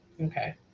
okay